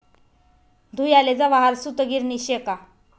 धुयाले जवाहर सूतगिरणी शे का